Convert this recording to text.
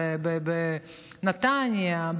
בנתניה,